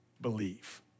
believe